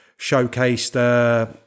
showcased